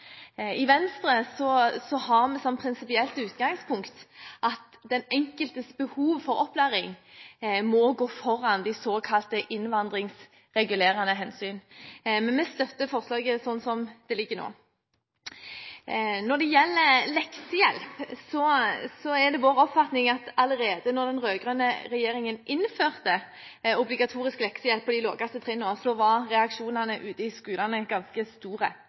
I Venstre har vi som et prinsipielt utgangspunkt at den enkeltes behov for opplæring må gå foran såkalte innvandringsregulerende hensyn. Men vi støtter forslaget slik det ligger i innstillingen nå. Når det gjelder leksehjelp, er det vår oppfatning at allerede da den rød-grønne regjeringen innførte obligatorisk leksehjelp på de laveste trinnene, var reaksjonene ute i skolene ganske